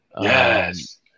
Yes